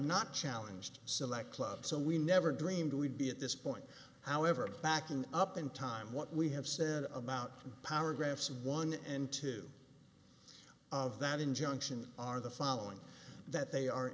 not challenged select club so we never dreamed we'd be at this point however backing up in time what we have said about power graphs one and two of that injunction are the following that they are